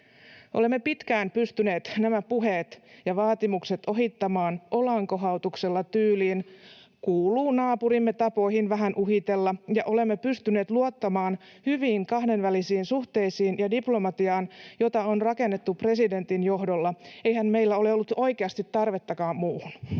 Olemme pitkään pystyneet nämä puheet ja vaatimukset ohittamaan olankohautuksella, tyyliin ”kuuluu naapurimme tapoihin vähän uhitella”, ja olemme pystyneet luottamaan hyviin kahdenvälisiin suhteisiin ja diplomatiaan, jota on rakennettu presidentin johdolla — eihän meillä ole ollut oikeasti tarvettakaan muuhun.